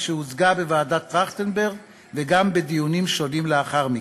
שהוצגה בוועדת טרכטנברג וגם בדיונים שונים לאחר מכן.